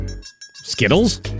Skittles